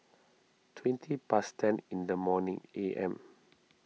twenty past ten in the morning A M